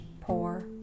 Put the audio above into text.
poor